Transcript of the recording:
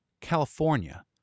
California